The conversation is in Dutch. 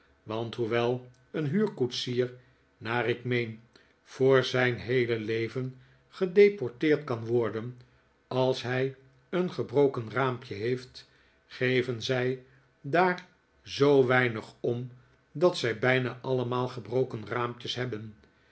want hoewel een huurkoetsier naar ik meen voor zijn heele leven gedeporteerd kan worden als hij een gebroken raampje heeft geven zij daar zoo weinig om dat zij bijna allemaal gebroken raampjes hebben